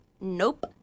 Nope